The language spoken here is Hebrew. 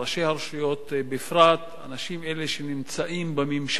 הרשויות בפרט אנשים אלה שנמצאים בממשק